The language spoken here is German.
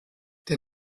der